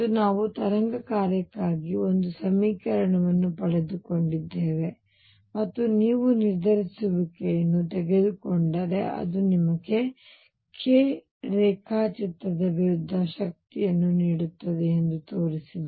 ಮತ್ತು ನಾವು ತರಂಗ ಕಾರ್ಯಕ್ಕಾಗಿ ಒಂದು ಸಮೀಕರಣವನ್ನು ಪಡೆದುಕೊಂಡಿದ್ದೇವೆ ಮತ್ತು ನೀವು ನಿರ್ಧರಿಸುವಿಕೆಯನ್ನು ತೆಗೆದುಕೊಂಡರೆ ಅದು ನಿಮಗೆ k ರೇಖಾಚಿತ್ರದ ವಿರುದ್ಧ ಶಕ್ತಿಯನ್ನು ನೀಡುತ್ತದೆ ಎಂದು ತೋರಿಸಿದೆ